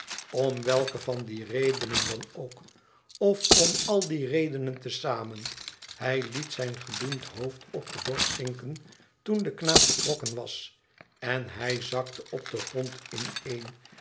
om welke van die redenen dan ook of om al die redenen te zamen hij liet zijn gedoemd hoofd op de borst zinken toen de knaap vertrokken was en hij zakte op den grond ineen en